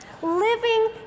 living